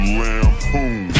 lampoon